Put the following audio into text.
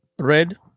Red